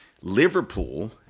Liverpool